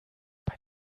bei